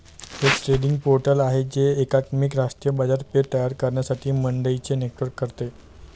एक trading portal आहे जे एकात्मिक राष्ट्रीय बाजारपेठ तयार करण्यासाठी मंडईंचे नेटवर्क करते